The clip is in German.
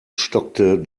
stockte